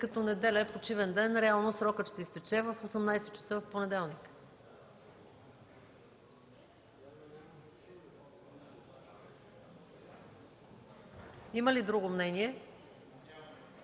Тъй като неделя е почивен ден, реално срокът ще изтече в 18,00 ч. в понеделник. Има ли друго мнение?